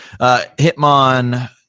Hitmon